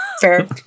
Fair